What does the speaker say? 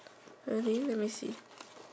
I didn't let me see